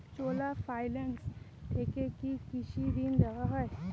চোলা finance থেকে কি কৃষি ঋণ দেওয়া হয়?